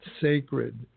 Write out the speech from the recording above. sacred